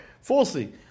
falsely